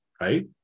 right